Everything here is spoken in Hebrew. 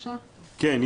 כן,